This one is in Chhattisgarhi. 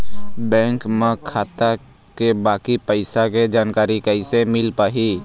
बैंक म खाता के बाकी पैसा के जानकारी कैसे मिल पाही?